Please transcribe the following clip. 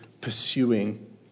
pursuing